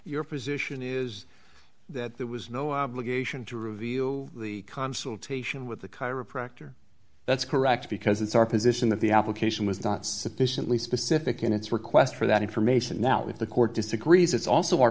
your physician is that there was no obligation to review the consultation with the chiropractor that's correct because it's our position that the application was not sufficiently specific in its request for that information now if the court disagrees it's also our